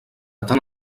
tant